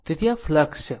તેથી ફ્લક્ષ છે